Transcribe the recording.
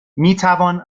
میتوان